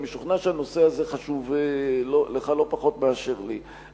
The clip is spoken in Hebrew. אני משוכנע שהנושא הזה חשוב לך לא פחות מאשר לי,